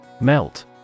Melt